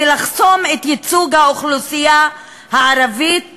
בלחסום את ייצוג האוכלוסייה הערבית